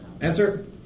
Answer